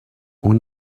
اون